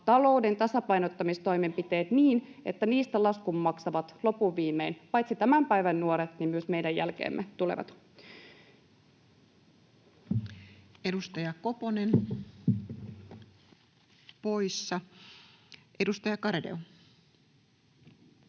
[Perussuomalaisten ryhmästä: Ohhoh!] että niistä laskun maksavat loppuviimein paitsi tämän päivän nuoret myös meidän jälkeemme tulevat. Edustaja Koponen, poissa. — Edustaja Garedew.